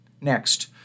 Next